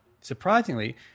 surprisingly